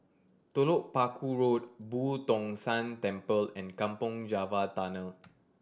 Telok Paku Road Boo Tong San Temple and Kampong Java Tunnel